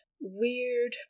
weird